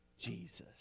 Jesus